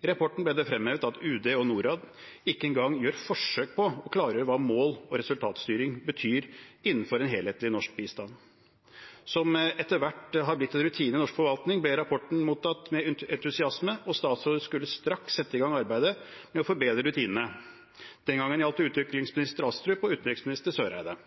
I rapporten ble det fremhevet at UD og Norad ikke engang gjør forsøk på å klargjøre hva mål- og resultatstyring betyr innenfor en helhetlig norsk bistand. Som det etter hvert har blitt rutine for i norsk forvaltning, ble rapporten mottatt med entusiasme, og statsrådene skulle straks sette i gang arbeidet med å forbedre rutinene. Den gangen gjaldt det utviklingsminister Astrup og utenriksminister Søreide.